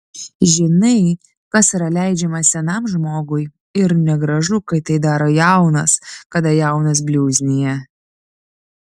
žinai kas yra leidžiama senam žmogui ir negražu kai tai daro jaunas kada jaunas bliuznija